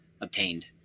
obtained